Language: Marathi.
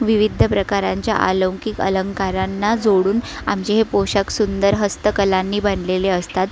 विविध प्रकारांच्या अलौकिक अलंकारांना जोडून आमचे हे पोशाख सुंदर हस्तकलांनी बनलेले असतात